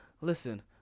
listen